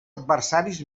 adversaris